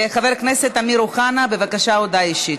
חבר הכנסת אמיר אוחנה, בבקשה, הודעה אישית.